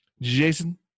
Jason